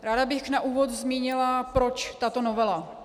Ráda bych na úvod zmínila, proč tato novela.